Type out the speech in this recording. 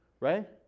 right